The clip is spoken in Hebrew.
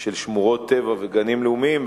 של שמורות טבע וגנים לאומיים,